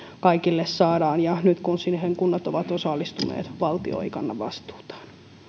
kaikille saadaan ja nyt kun siihen kunnat ovat osallistuneet valtio ei kanna vastuutaan